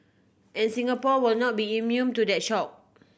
and Singapore will not be immune to that shock